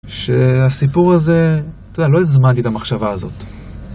שהסיפור הזה, אתה יודע, לא הזמנתי את המחשבה הזאת.